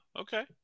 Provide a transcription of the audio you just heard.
Okay